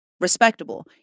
respectable